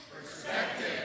Perspective